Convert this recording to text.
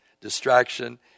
distraction